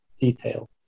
detail